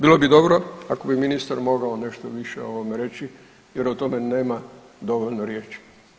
Bilo bi dobro ako bi ministar mogao nešto više o ovome reći jer o tome nema dovoljno riječi.